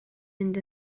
mynd